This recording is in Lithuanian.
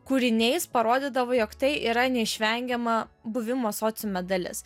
kūriniais parodydavo jog tai yra neišvengiama buvimo sociume dalis